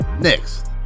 next